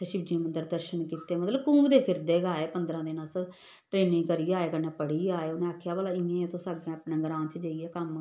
उत्थे शिजी मंदर दर्शन कीते मतलब घूमदे फिरदे गै आए पंदरां दिन अस ट्रेनिंग करियै आए कन्नै पढ़ियै आए उनें आखेआ भला इ'यां इ'यां तुस अग्गें अपने ग्रांऽ च जाइयै कम्म